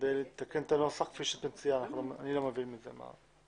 כדי לתקן את הנוסח כפי שאת מציעה כי אני לא מבין במה המדובר.